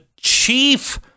chief